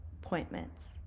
appointments